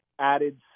added